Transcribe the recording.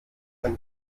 ein